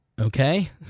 Okay